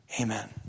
amen